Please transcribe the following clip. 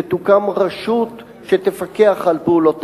שתוקם רשות שתפקח על הפעולות,